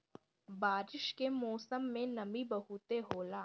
बारिश के मौसम में नमी बहुते होला